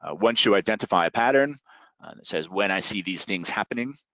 ah once you identify a pattern that says when i see these things happening,